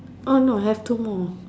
orh no have two more